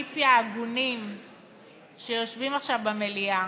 חברי הקואליציה ההגונים שיושבים עכשיו במליאה,